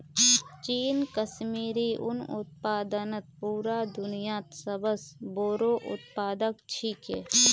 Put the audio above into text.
चीन कश्मीरी उन उत्पादनत पूरा दुन्यात सब स बोरो उत्पादक छिके